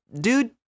Dude-